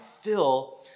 fill